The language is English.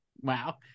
wow